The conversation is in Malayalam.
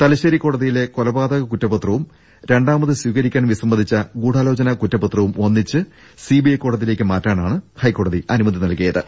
തലശ്ശേരി കോടതിയിലെ കൊലപാതക കുറ്റപത്രവും രണ്ടാമത് സ്വീകരിക്കാൻ വിസമ്മതിച്ച ഗൂഡാലോചനാ കുറ്റ പത്രവും ഒന്നിച്ച് സിബിഐ കോടതിയിലേക്ക് മാറ്റാനാണ് ഹൈക്കോടതി അനുമതി നൽകിയത്